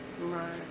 Right